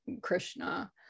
krishna